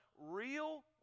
real